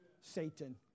Satan